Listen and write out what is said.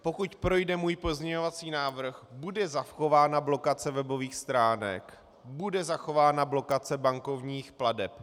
Pokud projde můj pozměňovací návrh, bude zachována blokace webových stránek, bude zachována blokace bankovních plateb.